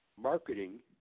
marketing